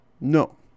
No